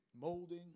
molding